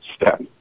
step